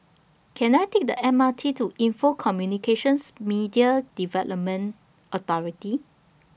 Can I Take The M R T to Info Communications Media Development Authority